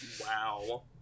Wow